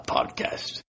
Podcast